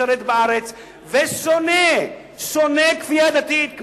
משרת בארץ ושונא כפייה דתית.